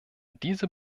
diese